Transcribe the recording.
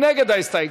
מי נגד ההסתייגות?